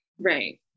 Right